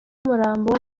umurambo